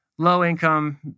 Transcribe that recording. low-income